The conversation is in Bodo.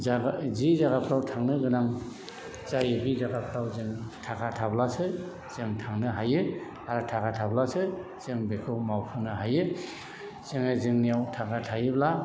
जायगा जि जायगाफ्राव थांनो गोनां जायो बे जायगाफ्राव जों थाखा थाब्लासो जों थांनो हायो आरो थाखा थाब्लासो जों बेखौ मावफुंनो हायो जोङो जोंनियाव थाखा थायोब्ला